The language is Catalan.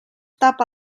tapa